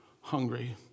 hungry